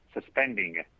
suspending